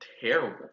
terrible